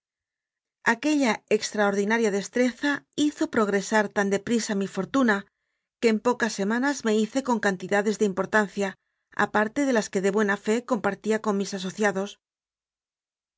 aquella extraordinaria destreza hizo progresar tan de prisa mi fortuna que en pocas semanas me hice con cantidades de importancia aparte las que de buena fe compartía con mis